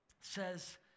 says